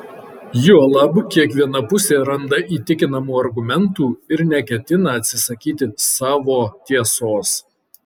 juolab kiekviena pusė randa įtikinamų argumentų ir neketina atsisakyti savo tiesos